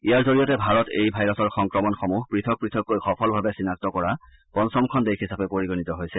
ইয়াৰ জৰিয়তে ভাৰত এই ভাইৰাছৰ সংক্ৰমণসমূহ পৃথক পৃথককৈ সফলভাৱে চিনাক্ত কৰা পঞ্চমখন দেশ হিচাপে পৰিগণিত হৈছে